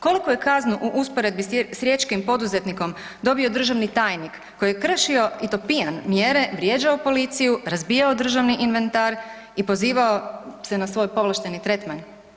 Koliku je kaznu u usporedbi s riječkim poduzetnikom dobio državni tajnik koji je kršio i to pijan mjere, vrijeđao policiju, razbijao državni inventar i pozivao se na svoj povlašteni tretman?